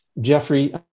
Jeffrey